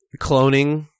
Cloning